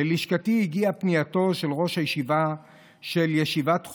ללשכתי הגיעה פנייתו של ראש הישיבה של ישיבת חומש,